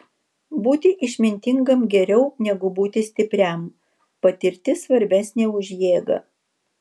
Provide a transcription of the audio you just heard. būti išmintingam geriau negu būti stipriam patirtis svarbesnė už jėgą